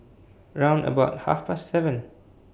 round about Half Past seven